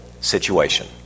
situation